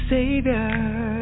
Savior